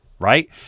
Right